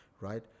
right